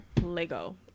Lego